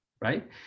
right